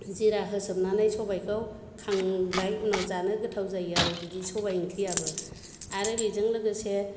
जिरा होसननानै सबायखौ खांबाय उनाव जानो गोथाव जायो आरो सबाय ओंख्रिआबो आरो बेजों लोगोसे